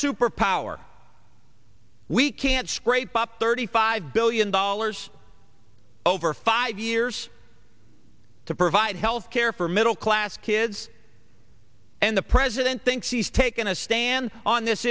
superpower we can scrape up thirty five billion dollars over five years to provide health care for middle class kids and the president thinks he's taken a stand on this